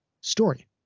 story